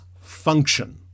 function